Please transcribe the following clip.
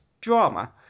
drama